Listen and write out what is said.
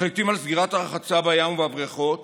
מחליטים על סגירת הרחצה בים ובבריכות